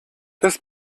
das